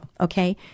Okay